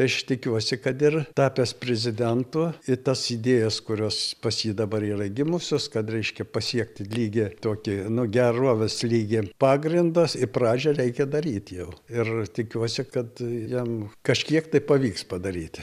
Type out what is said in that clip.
aš tikiuosi kad ir tapęs prezidentu ir tas idėjas kurios pas jį dabar yra gimusios kad reiškia pasiekti lygį tokį nu geruovės lygį pagrindas ir pradžią reikia daryt jau ir tikiuosi kad jam kažkiek tai pavyks padaryti